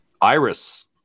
Iris